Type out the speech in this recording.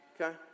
Okay